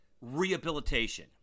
rehabilitation